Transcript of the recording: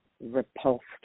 repulsed